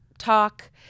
talk